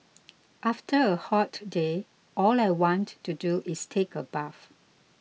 after a hot day all I want to do is take a bath